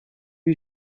you